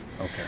Okay